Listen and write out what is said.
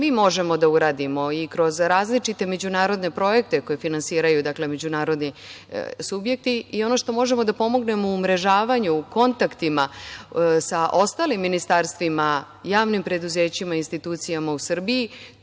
mi možemo da uradimo i kroz različite međunarodne projekte koje finansiraju međunarodni subjekti i ono što možemo da pomognemo u umrežavanju, kontaktima sa ostalim ministarstvima, javnim preduzećima, institucijama u Srbiji,